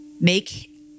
make